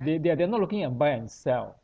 they they're they're not looking at buy and sell